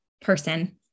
person